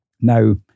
Now